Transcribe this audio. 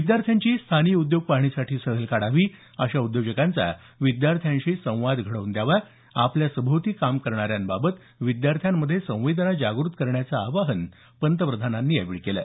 विद्यार्थ्यांची स्थानिक उद्योग पाहणीसाठी सहल काढावी अशा उद्योजकांचा विद्याथ्यांशी संवाद घडवून द्यावा आपल्या सभोवती काम करणाऱ्यांबाबत विद्यार्थ्यांमध्ये संवेदना जागृत करण्याचं आवाहन पंतप्रधानांनी यावेळी केलं